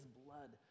blood